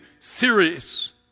theories